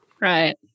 Right